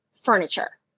furniture